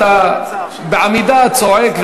חבר הכנסת נסים זאב,